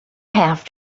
have